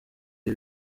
ibi